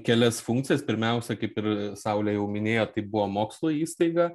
kelias funkcijas pirmiausia kaip ir saulė jau minėjo tai buvo mokslo įstaiga